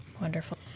wonderful